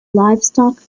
livestock